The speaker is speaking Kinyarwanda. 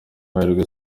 mahirwe